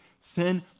Sin